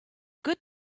good